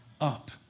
up